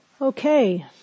Okay